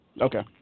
Okay